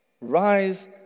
Rise